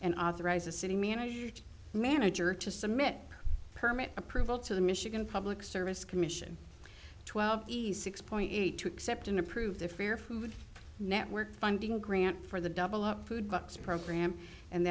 and authorize a city manager manager to submit a permit approval to the michigan public service commission twelve e's six point eight to accept an approved the fair food network finding grant for the double up food bucks program and